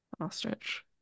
ostrich